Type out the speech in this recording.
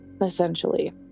essentially